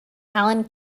alan